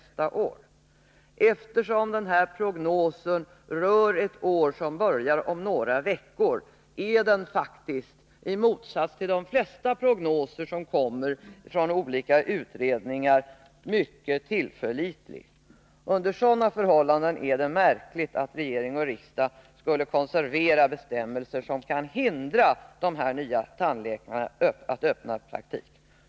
Eftersom prognosen rör ett år som börjar om några veckor är den faktiskt —i motsats till flertalet prognoser från olika utredningar — mycket tillförlitlig. Under sådana förhållanden är det märkligt om regering och riksdag skulle konservera bestämmelser som kan hindra de nya tandläkarna från att öppna praktik.